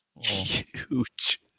huge